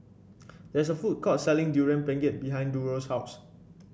there is a food court selling Durian Pengat behind Durrell's house